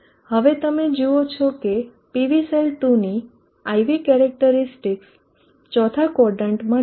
હવે તમે જુઓ છો કે PV સેલ 2 ની IV કેરેક્ટરીસ્ટિકસ ચોથા ક્વોદરન્ટમાં છે